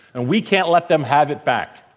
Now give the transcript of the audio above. and we can't let them have it back.